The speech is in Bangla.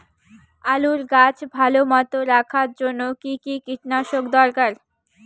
আলুর গাছ ভালো মতো রাখার জন্য কী কী কীটনাশক দরকার?